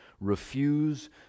refuse